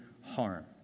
harm